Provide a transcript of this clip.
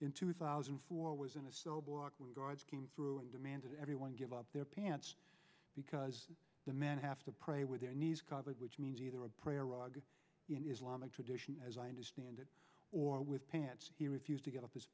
in two thousand and four was in a cell block where guards came through and demanded everyone give up their pants because the men have to pray with their knees covered which means either a prayer rug in islamic tradition as i understand it or with pants he refused to give up his